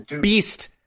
beast